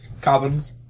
Carbons